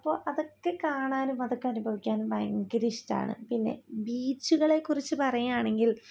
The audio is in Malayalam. ഇപ്പോൾ അതൊക്കെ കാണാനും അതൊക്കെ അനുഭവിക്കാനും ഭയങ്കര ഇഷ്ടമാണ് പിന്നെ ബീച്ചുകളെ കുറിച്ചു പറയാണെങ്കിൽ